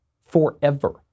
forever